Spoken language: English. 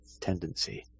tendency